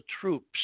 troops